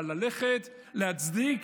אבל ללכת להצדיק,